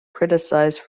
criticized